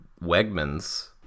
Wegmans